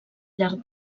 llarg